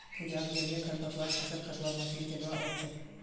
पूजाक जलीय खरपतवार फ़सल कटवार मशीन चलव्वा ओस छेक